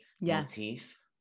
motif